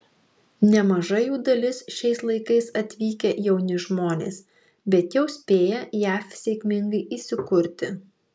nemaža jų dalis šiais laikais atvykę jauni žmonės bet jau spėję jav sėkmingai įsikurti